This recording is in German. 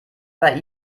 bei